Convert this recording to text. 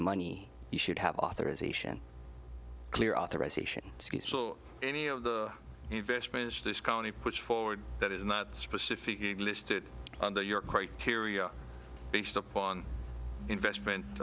money you should have authorization clear authorization any of the investments this county puts forward that is specifically listed under your criteria based upon investment